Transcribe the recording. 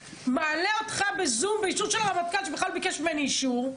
מעלה אותך בזום באישור של רמטכ"ל שבכלל לא ביקש ממני אישור,